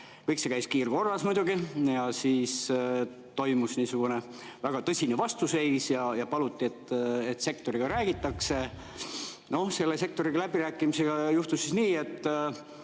Kõik see käis kiirkorras muidugi. Siis toimus väga tõsine vastuseis ja paluti, et sektoriga räägitaks. Noh, sektoriga läbirääkimisel juhtus nii, et